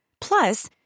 Plus